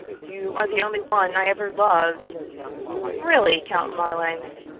you are the only one i ever loved really, count marlanx,